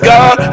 God